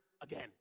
again